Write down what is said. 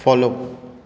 follow